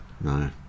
No